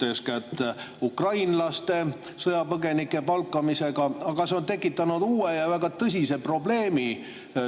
eeskätt ukrainlastest sõjapõgenike palkamisega. Aga see on tekitanud uue ja väga tõsise probleemi,